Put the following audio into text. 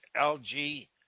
LG